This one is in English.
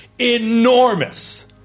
enormous